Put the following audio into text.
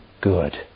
good